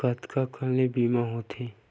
कतका कन ले बीमा होथे?